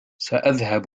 سأذهب